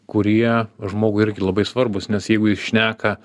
kurie žmogui irgi labai svarbūs nes jeigu jis šneka